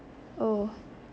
oh